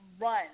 run